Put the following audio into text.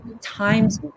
times